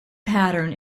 pattern